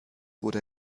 wurde